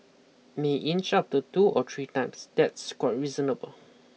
may inch up to two or three times that's quite reasonable